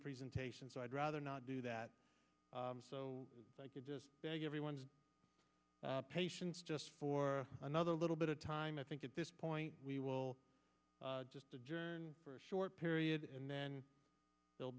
presentation so i'd rather not do that so i could just beg everyone's patience just for another little bit of time i think at this point we will just adjourn for a short period and then there'll